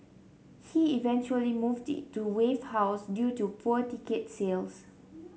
he eventually moved it to Wave House due to poor ticket sales